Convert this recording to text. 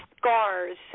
Scars